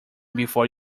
before